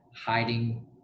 hiding